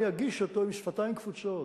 אני אגיש אותו עם שפתיים קפוצות,